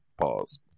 Pause